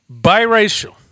biracial